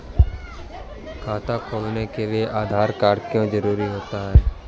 खाता खोलने के लिए आधार कार्ड क्यो जरूरी होता है?